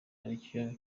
nicyo